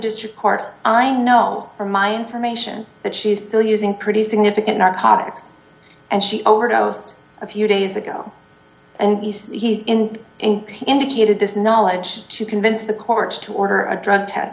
district court i know from my information that she is still using pretty significant narcotics and she overdosed a few days ago and he says he's in indicated this knowledge to convince the courts to order a drug test